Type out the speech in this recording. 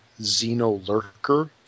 Xenolurker